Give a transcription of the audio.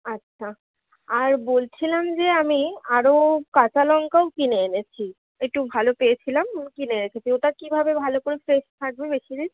আচ্ছা আর বলছিলাম যে আমি আরও কাঁচা লঙ্কাও কিনে এনেছি একটু ভালো পেয়েছিলাম কিনে এনেছি তো ওটা কীভাবে ভালো করে ফ্রেশ থাকবে বেশি দিন